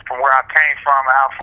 where i came from, i